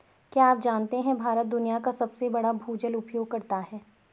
क्या आप जानते है भारत दुनिया का सबसे बड़ा भूजल उपयोगकर्ता है?